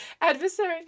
adversary